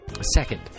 Second